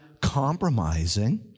compromising